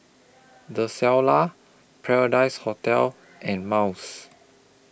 The Shilla Paradise Hotel and Miles